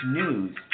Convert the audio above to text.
news